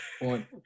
one